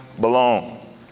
belong